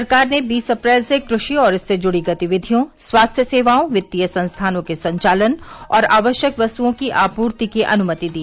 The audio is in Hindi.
सरकार ने बीस अप्रैल से कृषि और इससे जूडी गतिविधियों स्वास्थ्य सेवाओं वित्तीय संस्थानों के संचालन और आवश्यक वस्तुओं की आपूर्ति की अनुमति दी